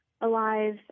alive